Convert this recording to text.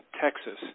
Texas